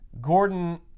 Gordon